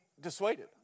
dissuaded